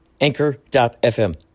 Anchor.fm